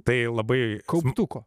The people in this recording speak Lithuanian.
tai labai kauptuko